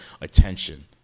attention